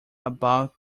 about